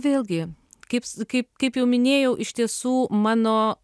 vėlgi kaips kaip kaip jau minėjau iš tiesų mano